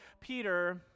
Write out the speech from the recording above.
Peter